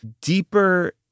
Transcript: deeper